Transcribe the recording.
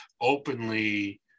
openly